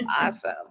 awesome